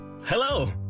hello